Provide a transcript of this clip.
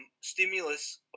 stimulus